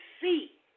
see